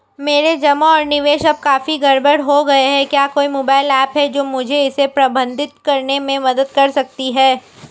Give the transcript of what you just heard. मेरे जमा और निवेश अब काफी गड़बड़ हो गए हैं क्या कोई मोबाइल ऐप है जो मुझे इसे प्रबंधित करने में मदद कर सकती है?